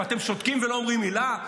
ואתם שותקים ולא אומרים מילה.